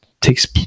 takes